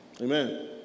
Amen